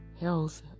Health